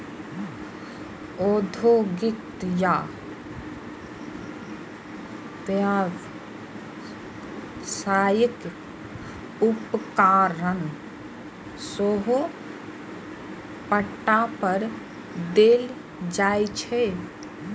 औद्योगिक या व्यावसायिक उपकरण सेहो पट्टा पर देल जाइ छै